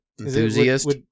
enthusiast